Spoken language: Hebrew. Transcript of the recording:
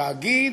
"תאגיד"